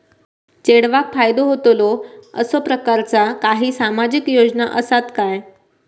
चेडवाक फायदो होतलो असो प्रकारचा काही सामाजिक योजना असात काय?